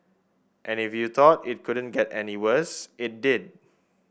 and if you thought it couldn't get any worse it did